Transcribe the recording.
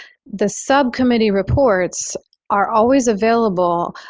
the subcommittee reports are always available.